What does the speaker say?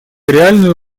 реальную